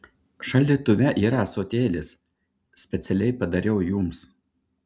šaldytuve yra ąsotėlis specialiai padariau jums